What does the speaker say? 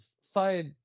side